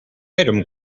item